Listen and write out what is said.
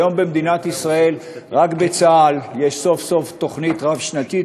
היום במדינת ישראל רק בצה"ל יש סוף-סוף תוכנית רב-שנתית,